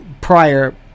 prior